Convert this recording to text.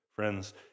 friends